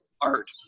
art